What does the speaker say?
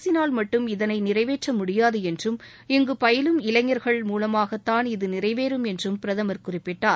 அரசினால் மட்டும் இதனை நிறைவேற்ற முடியாது என்றும் இங்கு பயிலும் இளைஞர்கள் மூலமாகத்தான் இது நிறைவேறும் என்றும் பிரதமர் குறிப்பிட்டார்